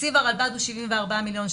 תקציב הרלב"ד הוא 74 מיליון שקל,